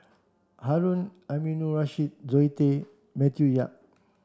Harun Aminurrashid Zoe Tay Matthew Yap